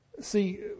See